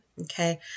Okay